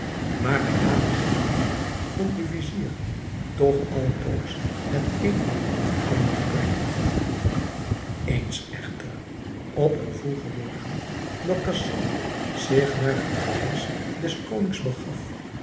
maar bij nader onderzoek vond de vizier toch altoos het een of ander gebrek eens echter op een vroegen morgen dat khasan zich naar het paleis des konings begaf